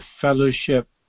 fellowship